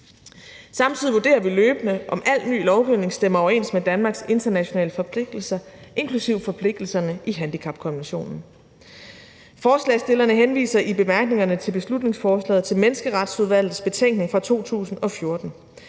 Samtidig vurderer vi løbende, om al ny lovgivning stemmer overens med Danmarks internationale forpligtelser, inklusive forpligtelserne i handicapkonventionen. Forslagsstillerne henviser i bemærkningerne til beslutningsforslaget til Menneskeretsudvalgets betænkning fra 2014.